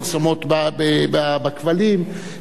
פרסומות בכבלים.